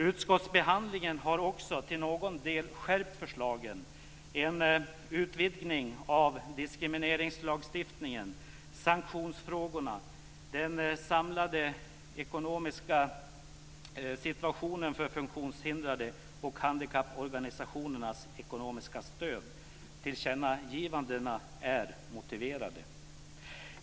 Utskottsbehandlingen har också till någon del skärpt förslagen. Det gäller då en utvidgning av diskrimineringslagstiftningen, sanktionsfrågorna, den samlade ekonomiska situationen för funktionshindrade och handikapporganisationernas ekonomiska stöd. Tillkännagivandena är motiverade.